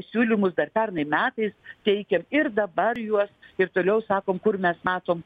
siūlymus dar pernai metais teikėm ir dabar juos ir toliau sakom kur mes matom